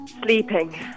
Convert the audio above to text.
Sleeping